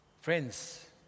Friends